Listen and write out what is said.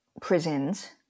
prisons